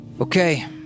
Okay